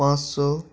पाँच सए